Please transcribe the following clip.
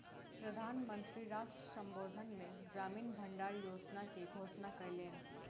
प्रधान मंत्री राष्ट्र संबोधन मे ग्रामीण भण्डार योजना के घोषणा कयलैन